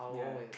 yeah